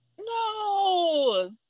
no